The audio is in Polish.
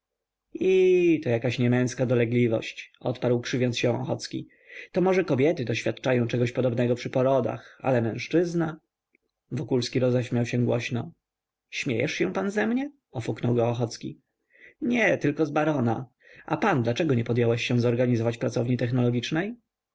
iii to jakaś niemęska dolegliwość odparł krzywiąc się ochocki to może kobiety doświadczają czegoś podobnego przy porodach ale mężczyzna wokulski roześmiał się głośno śmiejesz się pan ze mnie ofuknął ochocki nie tylko z barona a pan dlaczego nie podjąłeś się zorganizować pracowni technologicznej